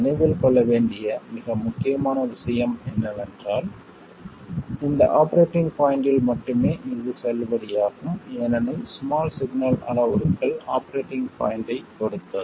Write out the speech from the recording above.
நினைவில் கொள்ள வேண்டிய மிக முக்கியமான விஷயம் என்னவென்றால் இந்த ஆபரேட்டிங் பாய்ண்ட்டில் மட்டுமே இது செல்லுபடியாகும் ஏனெனில் ஸ்மால் சிக்னல் அளவுருக்கள் ஆபரேட்டிங் பாய்ண்ட்டைப் பொறுத்தது